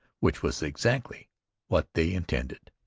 which was exactly what they intended.